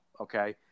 Okay